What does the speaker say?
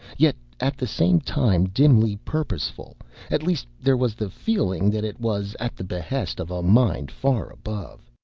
yet at the same time dimly purposeful at least there was the feeling that it was at the behest of a mind far above.